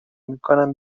میکنن